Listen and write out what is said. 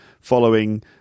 following